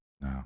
No